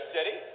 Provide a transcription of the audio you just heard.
City